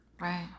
Right